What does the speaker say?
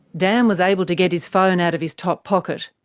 dan was able to get his phone out of his top pocket.